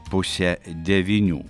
pusę devynių